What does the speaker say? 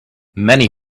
many